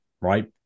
Right